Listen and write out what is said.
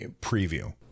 preview